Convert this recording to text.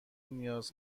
نیاز